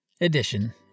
edition